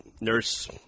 nurse